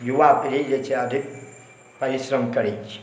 युवा पीढ़ी जे छै अधिक परिश्रम करै छै